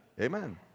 Amen